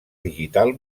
digital